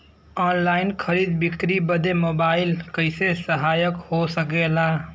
Online खरीद बिक्री बदे मोबाइल कइसे सहायक हो सकेला?